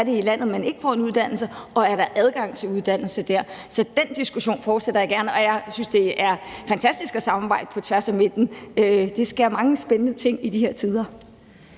det er i landet, man ikke får en uddannelse, og om der er adgang til uddannelse dér. Så den diskussion fortsætter jeg gerne, og jeg synes, det er fantastisk at samarbejde på tværs af midten – der sker mange spændende ting i de her tider.